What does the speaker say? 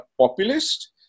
populist